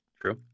True